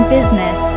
Business